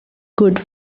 good